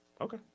Okay